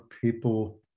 people